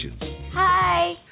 Hi